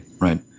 Right